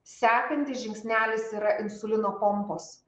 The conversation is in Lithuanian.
sekantis žingsnelis yra insulino pompos